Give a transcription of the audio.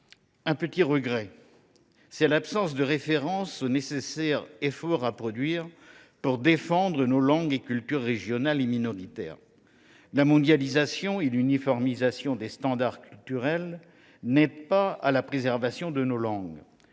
un léger regret, celui de l’absence de référence au nécessaire effort à produire pour défendre nos langues et cultures régionales ou minoritaires. La mondialisation et l’uniformisation des standards culturels n’aident pas à la préservation de nos langues.